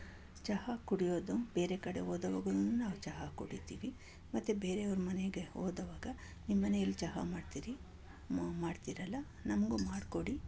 ಚಹಾ ಕುಡಿಯೋದು ಬೇರೆ ಕಡೆ ಹೋದಾಗ್ಲೂನು ನಾವು ಚಹಾ ಕುಡಿತೀವಿ ಮತ್ತೆ ಬೇರೆಯವ್ರ ಮನೆಗೆ ಹೋದಾಗ ನಿಮ್ಮನೇಲಿ ಚಹಾ ಮಾಡ್ತೀರಿ ನೀವು ಮಾಡ್ತೀರಲ್ಲ ನಮಗೂ ಮಾಡಿಕೊಡಿ